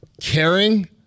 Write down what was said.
caring